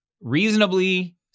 reasonably